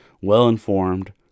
well-informed